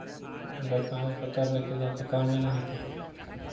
जतय कागज पत्तर नहि छै ओतय कामे नहि हेतै